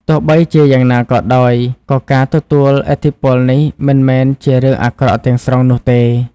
ទោះបីជាយ៉ាងណាក៏ដោយ ក៏ការទទួលឥទ្ធិពលនេះមិនមែនជារឿងអាក្រក់ទាំងស្រុងនោះទេ។